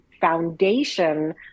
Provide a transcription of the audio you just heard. foundation